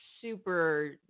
super